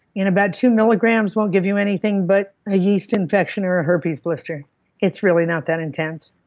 in about two milligrams won't give you anything but a yeast infection or a herpes blister it's really not that intense,